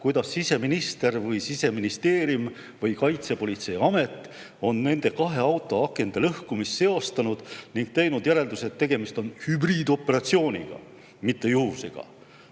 kuidas siseminister või Siseministeerium või Kaitsepolitseiamet on nende kahe auto akende lõhkumist seostanud ning teinud järelduse, et tegemist on hübriidoperatsiooniga, mitte juhusega.